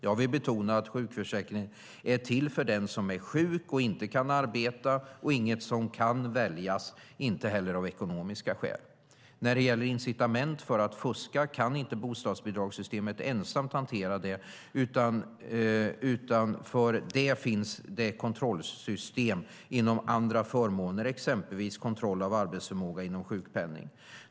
Jag vill betona att sjukförsäkringen är till för den som är sjuk och inte kan arbeta och inget som kan väljas, inte heller av ekonomiska skäl. När det gäller incitament för att fuska kan inte bostadsbidragssystemet ensamt hantera det, utan för det finns det kontrollsystem inom andra förmåner, exempelvis kontroll av arbetsförmåga inom sjukpenning.